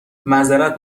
معذرت